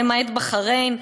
"למעט בחריין".